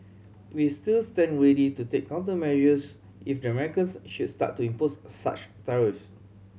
we still stand ready to take countermeasures if the Americans should start to impose such tariffs